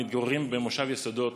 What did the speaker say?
המתגוררים במושב יסודות.